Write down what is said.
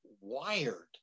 wired